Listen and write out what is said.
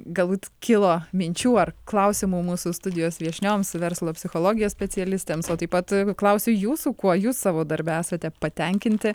galbūt kilo minčių ar klausimų mūsų studijos viešnioms verslo psichologijos specialistėms o taip pat klausiu jūsų kuo jūs savo darbe esate patenkinti